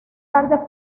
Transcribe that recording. tarde